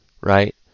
Right